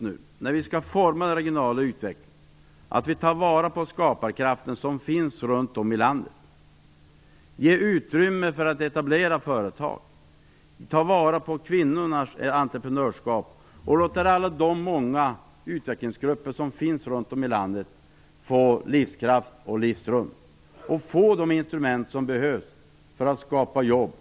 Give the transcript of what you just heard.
När vi skall forma den regionala utvecklingen är det viktigt att vi tar vara på skaparkrafterna runt om i landet, ger utrymme för företagsetablering, tar vara på kvinnornas entreprenörskap och låter de många utvecklingsgrupper som finns få livskraft och livsrum och få de instrument som de behöver för att skapa jobb.